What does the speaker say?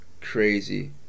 crazy